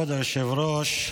כבוד היושב-ראש,